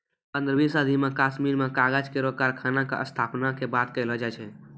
पन्द्रहवीं सदी म कश्मीर में कागज केरो कारखाना क स्थापना के बात कहलो जाय छै